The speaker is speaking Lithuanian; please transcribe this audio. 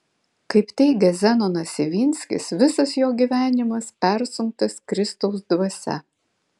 kaip teigia zenonas ivinskis visas jo gyvenimas persunktas kristaus dvasia